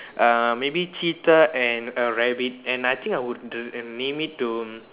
err maybe cheetah and a rabbit and I think I would name it to